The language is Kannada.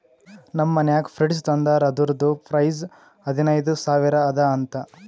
ನಮ್ ಮನ್ಯಾಗ ಫ್ರಿಡ್ಜ್ ತಂದಾರ್ ಅದುರ್ದು ಪ್ರೈಸ್ ಹದಿನೈದು ಸಾವಿರ ಅದ ಅಂತ